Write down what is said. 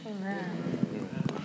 Amen